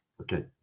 Okay